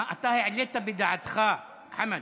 מה, אתה העלית בדעתך, חמד,